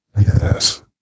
Yes